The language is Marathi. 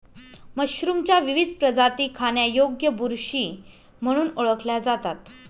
मशरूमच्या विविध प्रजाती खाण्यायोग्य बुरशी म्हणून ओळखल्या जातात